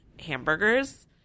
hamburgers